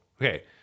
okay